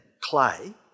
Clay